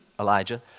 Elijah